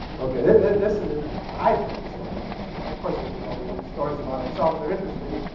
okay, this, ah i think, is an interesting story. of course, we think all the stories about ourselves are interesting.